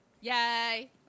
Yay